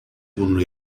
bunu